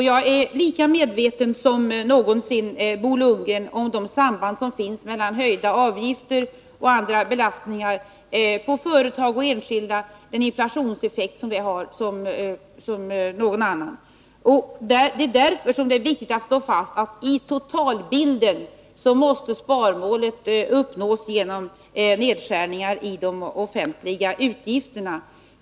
Jag är lika medveten som någonsin Bo Lundgren om de samband som finns mellan å ena sidan höjda avgifter och andra belastningar på företag och enskilda och å andra sidan inflationseffekten. Det är därför som det är viktigt att slå fast, att när det gäller totalbilden måste sparmålet uppnås genom nedskärningar i de offentliga utgifterna.